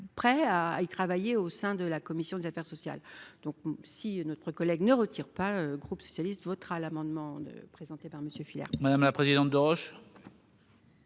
prêt à y travailler au sein de la commission des affaires sociales, donc si notre collègue ne retire pas groupe socialiste votera l'amendement présenté par Monsieur. Madame la présidente de gauche.